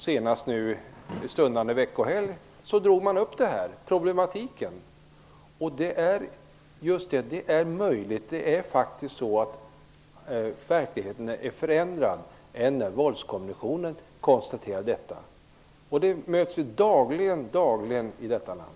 Senast i den gångna veckohelgen drog man upp det här problemet. Det är alltså möjligt. Det är faktiskt så att verkligheten har förändrats sedan Våldskommissionen gjorde sitt konstaterande. Att så är fallet möts vi dagligen av i detta land.